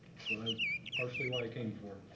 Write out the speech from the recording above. partially why i came for.